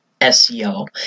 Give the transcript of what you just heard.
SEO